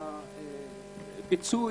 בפיצוי.